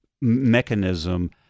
mechanism